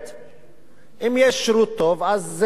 אם יש שירות טוב, אז אנשים משתמשים בו.